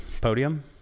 podium